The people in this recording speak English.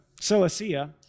Cilicia